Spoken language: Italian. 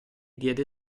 diede